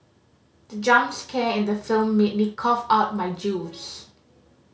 the jump scare in the film made me cough out my juice